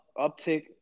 uptick